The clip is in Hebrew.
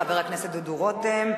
חבר הכנסת דודו רותם,